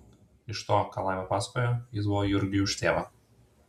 iš to ką laima pasakojo jis buvo jurgiui už tėvą